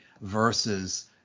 versus